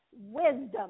wisdom